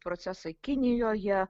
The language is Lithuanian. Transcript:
procesai kinijoje